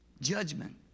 Judgment